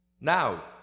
Now